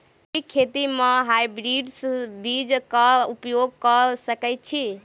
जैविक खेती म हायब्रिडस बीज कऽ उपयोग कऽ सकैय छी?